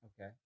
Okay